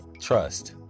trust